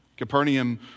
Capernaum